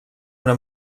una